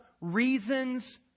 reasons